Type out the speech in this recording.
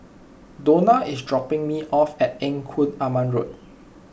Dona is dropping me off at Engku Aman Road